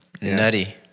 Nutty